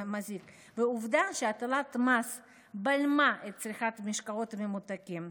ועובדה שהטלת המס בלמה את צריכת המשקאות הממותקים.